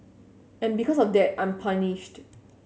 and because of that I'm punished